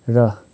र